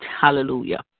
hallelujah